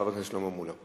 חבר הכנסת שלמה מולה.